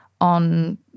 on